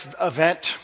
event